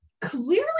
clearly